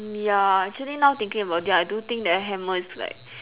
ya actually now thinking about it I do think that hammer is like